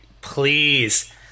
please